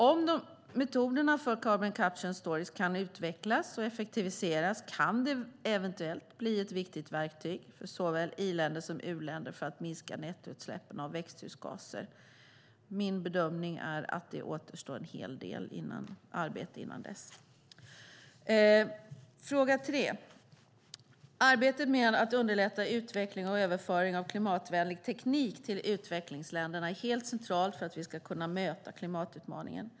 Om metoderna för carbon capture and storage kan utvecklas och effektiviseras kan det eventuellt bli ett viktigt verktyg för såväl i-länder som u-länder för att minska nettoutsläppen av växthusgaser. Min bedömning är att det återstår en hel del arbete innan dess. Arbetet med att underlätta utveckling och överföring av klimatvänlig teknik till utvecklingsländerna är helt centralt för att vi ska kunna möta klimatutmaningen.